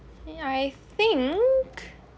I think